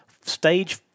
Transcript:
Stage